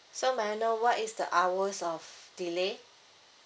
so may I know what is the hours of delay